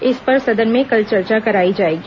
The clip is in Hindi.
इस पर सदन में कल चर्चा कराई जाएगी